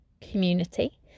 Community